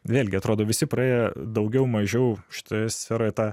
vėlgi atrodo visi praėję daugiau mažiau šitoje sferoje tą